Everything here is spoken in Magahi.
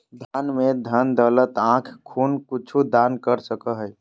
दान में धन दौलत आँख खून कुछु दान कर सको हइ